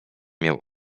miał